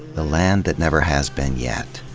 the land that never has been yet.